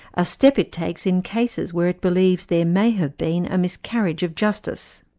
a step it takes in cases where it believes there may have been a miscarriage of justice.